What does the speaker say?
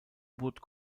boot